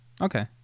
Okay